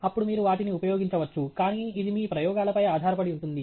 అప్పుడు మీరు వాటిని ఉపయోగించవచ్చు కానీ ఇది మీ ప్రయోగాలపై ఆధారపడి ఉంటుంది